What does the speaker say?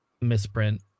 misprint